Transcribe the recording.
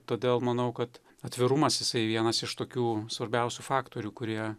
todėl manau kad atvirumas jisai vienas iš tokių svarbiausių faktorių kurie